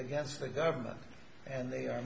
against the government and they are